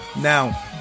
Now